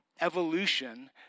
evolution